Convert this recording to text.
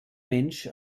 mensch